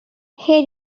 সেই